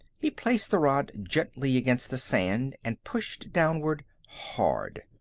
he placed the rod gently against the sand, and pushed downward, hard.